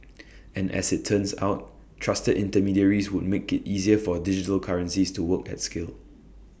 and as IT turns out trusted intermediaries would make IT easier for digital currencies to work at scale